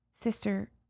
Sister